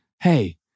hey